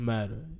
Matter